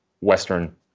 Western